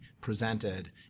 presented